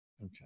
Okay